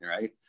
right